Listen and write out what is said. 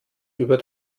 über